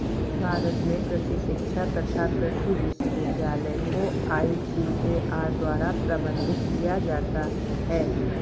भारत में कृषि शिक्षा तथा कृषि विश्वविद्यालय को आईसीएआर द्वारा प्रबंधित किया जाता है